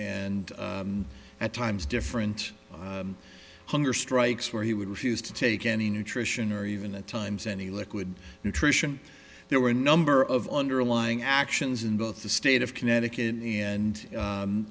and at times different hunger strikes where he would refused to take any nutrition or even at times any liquid nutrition there were a number of underlying actions in both the state of connecticut and